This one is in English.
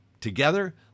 Together